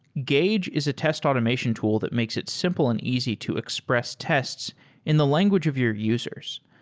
gauge is a test automation tool that makes it simple and easy to express tests in the language of your users.